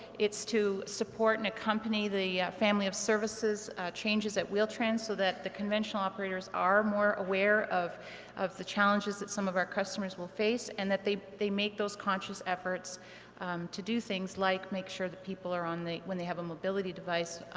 it's to support in a company the family of services changes at wheel-trans, so that the conventional operators are more aware of of the challenges that some of our customers will face, and that they they make those conscious efforts to do things like make sure that people are on, when they have a mobility device,